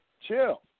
chill